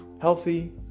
healthy